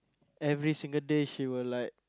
every single day she will like